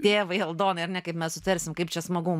tėvai aldonai ar ne kaip mes sutarsim kaip čia smagu